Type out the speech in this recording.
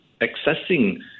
accessing